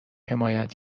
حمایت